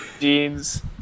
jeans